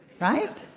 right